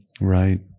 right